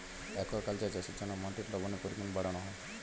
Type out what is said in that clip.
aquaculture চাষের জন্য মাটির লবণের পরিমাণ বাড়ানো হয়